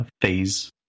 phase